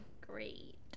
great